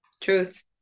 Truth